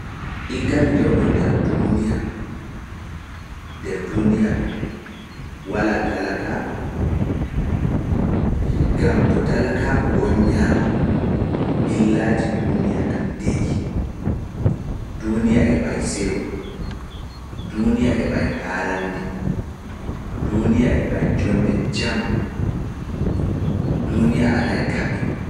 Iggan mi jooɗoo nder duuniya, nder duuniya ɗum, walaa talakaaku, ngam to talakaaku woñaama, ɓillaaji duuniya kam nde’i, duuniya heɓa seyo, duuniya heɓa haarannde, duuniya heɓa joonde jam, duuniya alae kaɓe.